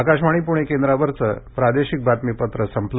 आकाशवाणी पुणे केंद्रावरचं प्रादेशिक बातमीपत्र संपलं